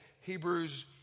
hebrews